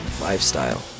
lifestyle